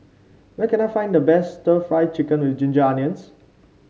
where can I find the best stir Fry Chicken with Ginger Onions